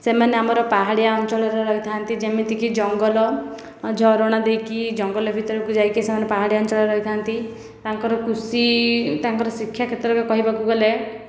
ସେମାନେ ଆମର ପାହାଡ଼ିଆ ଅଞ୍ଚଳରେ ରହିଥାନ୍ତି ଯେମିତିକି ଜଙ୍ଗଲ ଝରଣା ଦେଇକି ଜଙ୍ଗଲ ଭିତରକୁ ଯାଇକି ପାହାଡ଼ିଆ ଅଞ୍ଚଳରେ ରହିଥାନ୍ତି ତାଙ୍କର କୃଷି ତାଙ୍କର ଶିକ୍ଷା କ୍ଷେତ୍ରରେ କହିବାକୁ ଗଲେ